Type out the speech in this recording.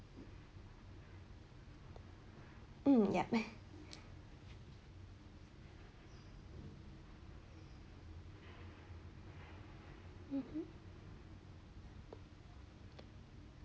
mm yup mmhmm